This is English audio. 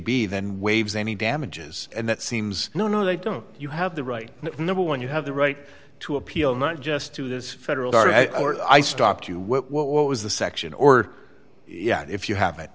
b then waves any damages and that seems no no they don't you have the right number one you have the right to appeal not just to this federal court i stopped you what what was the section or yeah if you have it